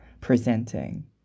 presenting